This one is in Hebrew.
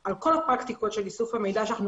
על כל הפרקטיקות של איסוף המידע שאנחנו